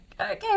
okay